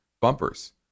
Bumpers